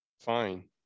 fine